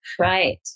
Right